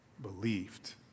believed